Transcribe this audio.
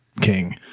King